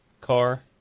car